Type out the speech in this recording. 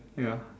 ya